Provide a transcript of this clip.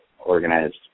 organized